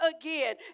again